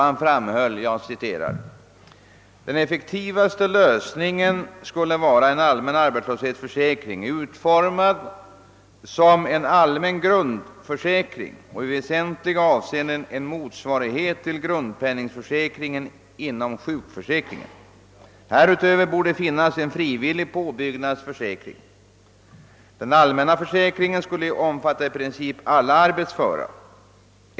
Han framhöll vidare: »Den effektivaste lösningen skulle vara en allmän arbetslöshetsförsäkring utformad som en allmän grundförsäkring och i väsentliga avseenden en motsvarighet till grundpenningförsäkringen inom sjukförsäkringen. Härutöver borde finnas en frivillig påbyggnadsförsäkring. Den allmänna försäkringen skulle omfatta i princip alla arbetsföra.